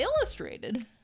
illustrated